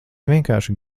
vienkārši